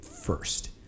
first